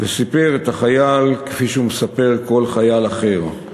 וסיפר את החייל כפי שהוא מספר כל חייל אחר.